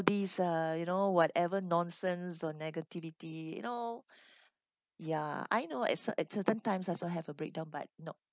these uh you know whatever nonsense or negativity you know ya I know at cer~ at certain times I also have a breakdown but not